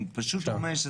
אין לי ספק שזה גם